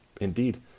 Indeed